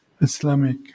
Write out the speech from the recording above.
Islamic